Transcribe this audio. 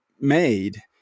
made